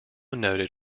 noted